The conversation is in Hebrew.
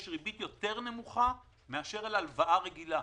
ריבית נמוכה יותר מאשר על הלוואה רגילה.